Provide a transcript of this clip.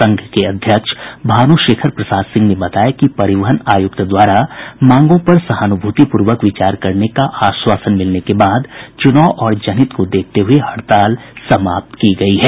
संघ के अध्यक्ष भानु शेखर प्रसाद सिंह ने बताया कि परिवहन आयुक्त द्वारा मांगों पर सहानुभूतिपूर्वक विचार करने का आश्वासन मिलने के बाद च्नाव और जनहित को देखते हुये हड़ताल समाप्त की गई है